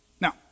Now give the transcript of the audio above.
Now